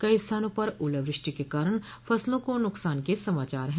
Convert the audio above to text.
कई स्थानों पर ओला वृष्टि के कारण फसलों को नुकसान के समाचार हैं